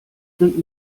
sind